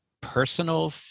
personal